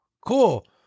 cool